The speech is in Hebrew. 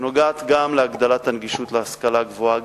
שנוגעת גם להגדלת הנגישות להשכלה גבוהה,